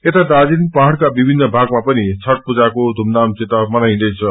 यता दार्जीलिङ पहाड़का विभिन्न भागमा पनि छठ पूजाको धूमधामसित मनाईदैछ